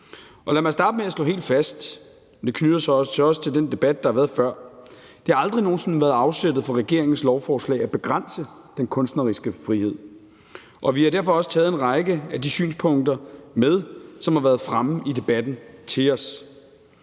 Lad mig starte med at slå helt fast – og det knytter sig også til den debat, der har været før – at det aldrig nogen sinde har været afsættet for regeringens lovforslag at begrænse den kunstneriske frihed. Vi har derfor også taget en række af de synspunkter, som har været fremme i debatten, til os.